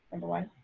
number one.